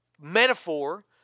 metaphor